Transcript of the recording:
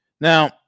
now